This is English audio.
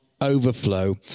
overflow